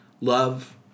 Love